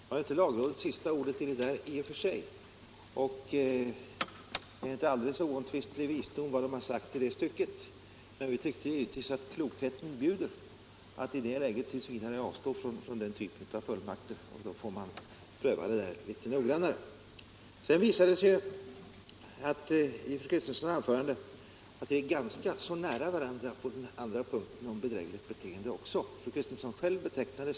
Nu har inte lagrådet i och för sig sista ordet, och vad man sagt i det stycket är inte en alldeles oomtvistlig visdom, men vi tyckte givetvis att klokheten bjuder att i det läget t. v. avstå från den typen av fullmakter. Man får pröva detta litet noggrannare. mindre lagöverträ delser Beivrande av mindre lagöverträdelser Sedan visade det sig av fru Kristenssons anförande att vi är ganska nära varandra på den andra punkten också, den om bedrägligt beteende.